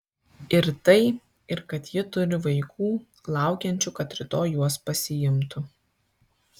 ir tai ir kad ji turi vaikų laukiančių kad rytoj juos pasiimtų